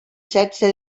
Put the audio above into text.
sexe